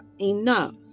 enough